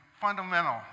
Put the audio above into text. fundamental